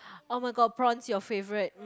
oh-my-god prawns your favourite